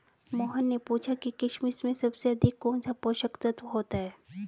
मोहन ने पूछा कि किशमिश में सबसे अधिक कौन सा पोषक तत्व होता है?